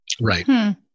Right